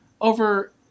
over